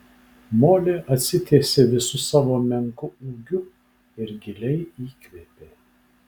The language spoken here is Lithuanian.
molė atsitiesė visu savo menku ūgiu ir giliai įkvėpė